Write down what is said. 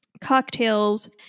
cocktails